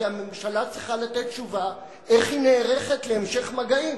כי הממשלה צריכה לתת תשובה איך היא נערכת להמשך מגעים.